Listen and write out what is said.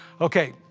Okay